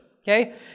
okay